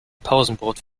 pausenbrot